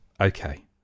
Okay